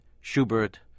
Schubert